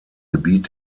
gebiet